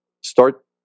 start